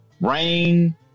rain